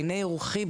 בעיני רוחי,